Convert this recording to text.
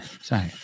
sorry